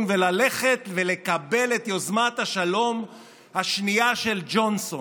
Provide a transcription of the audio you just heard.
וללכת ולקבל את יוזמת השלום השנייה של רוג'רס.